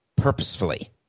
purposefully